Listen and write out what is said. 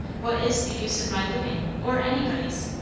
what is the use of my living, or anybody's?